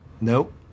Nope